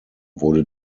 wurde